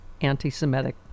anti-semitic